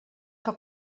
que